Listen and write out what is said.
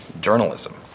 journalism